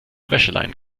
wäscheleinen